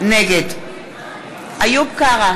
נגד איוב קרא,